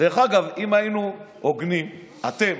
אם היינו הוגנים, אתם,